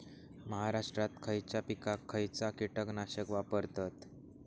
महाराष्ट्रात खयच्या पिकाक खयचा कीटकनाशक वापरतत?